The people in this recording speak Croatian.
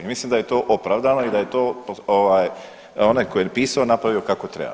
I mislim da je to opravdano i da je to ovaj onaj tko je pisao napravio kako treba.